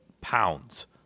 pounds